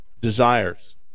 desires